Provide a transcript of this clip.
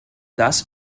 das